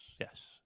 yes